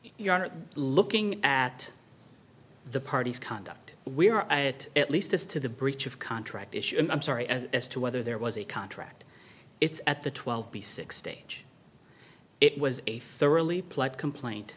honor looking at the parties conduct we are at at least as to the breach of contract issue and i'm sorry as to whether there was a contract it's at the twelve b six stage it was a thoroughly plug complaint